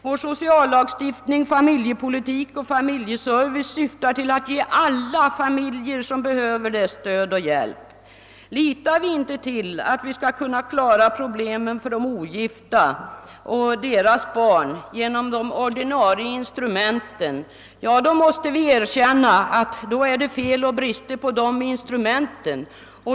Vår sociallagstiftning, familjepolitik och familjeservice syftar till att ge alla behövande familjer stöd och hjälp. Litar vi inte på att vi kan klara problemen för de ogifta och deras barn genom de ordinarie instru menten måste vi erkänna att det brister i fråga om dessa instrument.